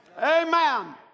Amen